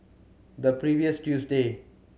the previous Tuesday